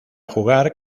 jugar